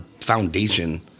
foundation